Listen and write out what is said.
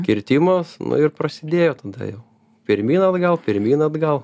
kirtimas nu ir prasidėjo tada jau pirmyn atgal pirmyn atgal